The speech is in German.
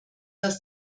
das